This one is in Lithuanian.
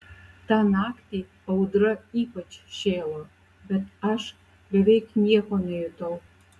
tą naktį audra ypač šėlo bet aš beveik nieko nejutau